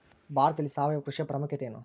ಭಾರತದಲ್ಲಿ ಸಾವಯವ ಕೃಷಿಯ ಪ್ರಾಮುಖ್ಯತೆ ಎನು?